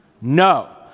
No